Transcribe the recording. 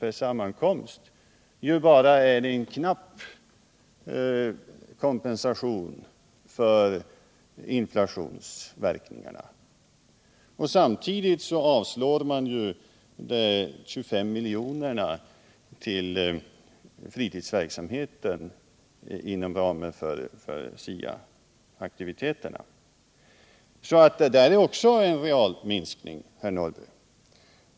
per sammankomst bara är en knapp kompensation för inflationsverkningarna. Samtidigt föreslår regeringen att anslaget på 25 milj. till fritidsverksamheten i anslutning till skoldagen skall slopas. Där blir det då också en realminskning, herr Norrby.